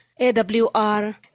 AWR